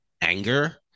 anger